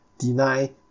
Deny